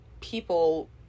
people